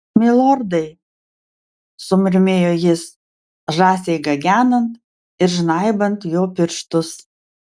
milordai sumurmėjo jis žąsiai gagenant ir žnaibant jo pirštus